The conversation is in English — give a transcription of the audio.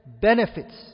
benefits